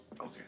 Okay